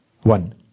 One